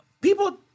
people